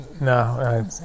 No